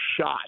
shot